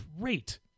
great